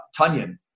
Tunyon